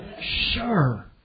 Sure